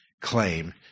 claim